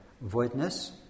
voidness